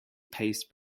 paste